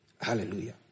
Hallelujah